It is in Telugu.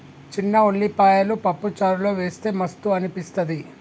చిన్న ఉల్లిపాయలు పప్పు చారులో వేస్తె మస్తు అనిపిస్తది